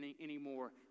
anymore